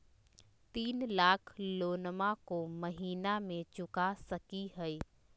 तीन लाख लोनमा को महीना मे चुका सकी हय?